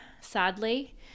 sadly